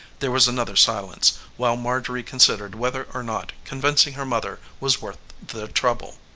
there was another silence, while marjorie considered whether or not convincing her mother was worth the trouble.